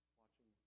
watching